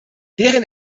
deren